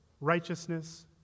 righteousness